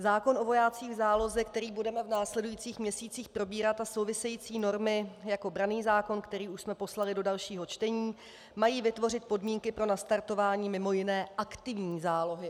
Zákon o vojácích v záloze, který budeme v následujících měsících probírat, a související normy jako branný zákon, který už jsme poslali do dalšího čtení, mají vytvořit podmínky pro nastartování mimo jiné aktivní zálohy.